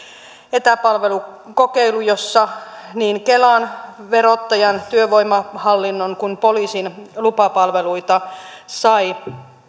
etäpalvelukokeilu jossa niin kelan verottajan työvoimahallinnon kuin poliisin lupapalveluita sai